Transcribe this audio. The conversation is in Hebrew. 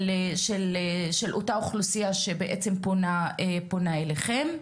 של אותה אוכלוסיה שבעצם פונה אליכם.